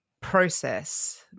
process